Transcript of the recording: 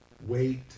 wait